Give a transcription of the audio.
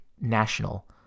national